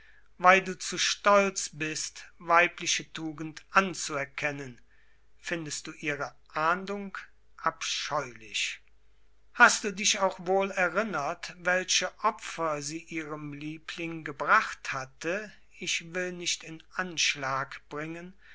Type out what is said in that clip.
weil du zu stolz bist weibliche tugend anzuerkennen findest du ihre ahndung abscheulich hast du dich auch wohl erinnert welche opfer sie ihrem liebling gebracht hatte ich will nicht in anschlag bringen